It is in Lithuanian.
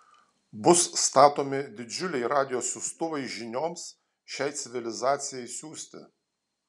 bus statomi didžiuliai radijo siųstuvai žinioms šiai civilizacijai siųsti